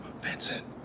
Vincent